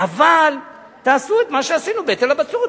אבל תעשו את מה שעשינו בהיטל הבצורת,